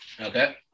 Okay